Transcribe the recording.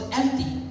empty